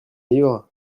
livre